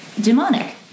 demonic